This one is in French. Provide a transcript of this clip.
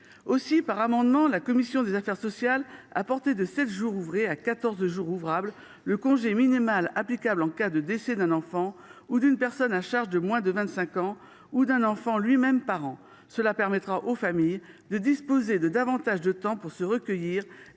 Par amendement, la commission des affaires sociales a porté de sept jours ouvrés à quatorze jours ouvrables le congé minimal applicable en cas de décès d’un enfant ou d’une personne à charge de moins de 25 ans, ou d’un enfant lui même parent. Les familles auront ainsi davantage de temps pour se recueillir